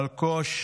אלקוש,